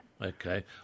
Okay